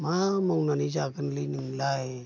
मा मावनानै जागोनलै नोंलाय